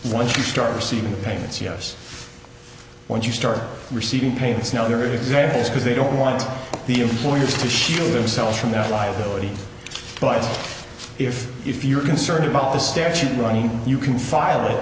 once you start receiving payments yes once you start receiving payments no other examples because they don't want the employers to shield themselves from their liability but if if you're concerned about the statute running you can file